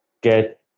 get